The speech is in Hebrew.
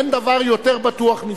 אין דבר יותר בטוח מזה.